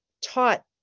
taught